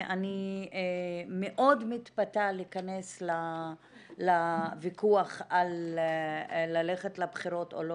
אני מאוד מתפתה להיכנס לויכוח על ללכת לבחירות או לא